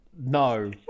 no